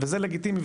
וזה לגיטימי,